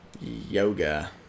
Yoga